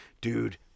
dude